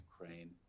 Ukraine